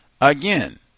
again